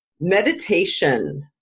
Meditation